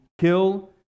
kill